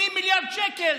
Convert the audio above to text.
80 מיליארד שקל.